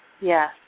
Yes